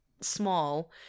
small